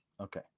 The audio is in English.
Okay